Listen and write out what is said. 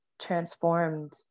transformed